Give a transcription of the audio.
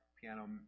piano